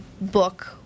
book